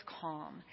calm